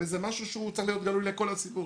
הרי זה משהו שהוא צריך להיות גלוי לכל הציבור.